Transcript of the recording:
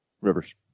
Rivers